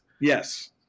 Yes